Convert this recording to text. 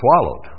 swallowed